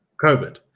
COVID